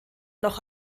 noch